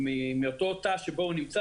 מאותו תא שבו הוא נמצא